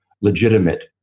legitimate